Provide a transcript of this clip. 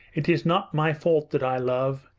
it is not my fault that i love.